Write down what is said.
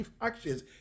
actions